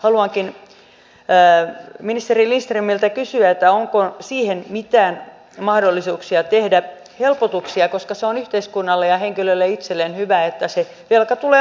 haluankin ministeri lindströmiltä kysyä onko siihen mitään mahdollisuuksia tehdä helpotuksia koska se on yhteiskunnalle ja henkilölle itselleen hyvä että se velka tulee maksettua